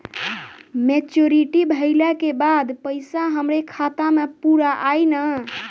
Maturity भईला के बाद पईसा हमरे खाता म पूरा आई न?